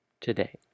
today